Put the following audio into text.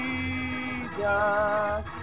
Jesus